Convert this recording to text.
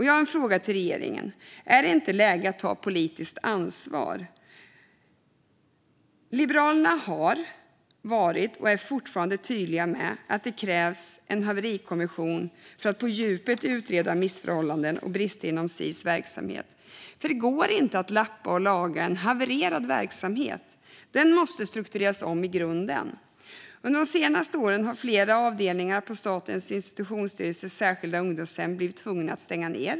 Jag har en fråga till regeringen. Är det inte läge att ta politiskt ansvar? Liberalerna har varit och är fortfarande tydliga med att det krävs en haverikommission för att på djupet utreda missförhållanden och brister inom Sis verksamhet. För det går inte att lappa och laga en havererad verksamhet. Den måste struktureras om i grunden. Under de senaste åren har flera avdelningar på Statens institutionsstyrelses särskilda ungdomshem blivit tvungna att stänga.